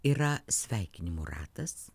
yra sveikinimų ratas